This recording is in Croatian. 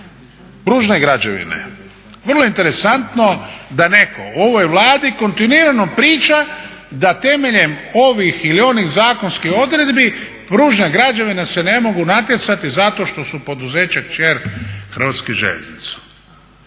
Pružne građevine vrlo interesantno da netko u ovoj Vladi kontinuirano priča da temeljem ovih ili onih zakonskih odredbi Pružne građevine se ne mogu natjecati zato što su poduzeća kćer Hrvatskih željeznica.